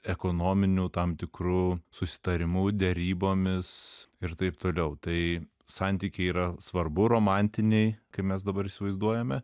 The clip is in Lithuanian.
ekonominių tam tikru susitarimu derybomis ir taip toliau tai santykiai yra svarbu romantiniai kaip mes dabar įsivaizduojame